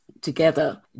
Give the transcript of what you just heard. together